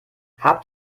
habt